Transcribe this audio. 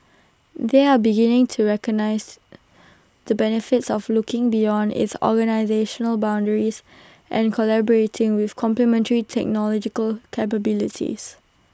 they are beginning to recognise the benefits of looking beyond its organisational boundaries and collaborating with complementary technological capabilities